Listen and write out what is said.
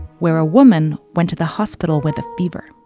where a woman went to the hospital with a fever.